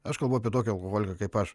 aš kalbu apie tokį alkoholiką kaip aš